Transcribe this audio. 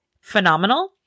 Phenomenal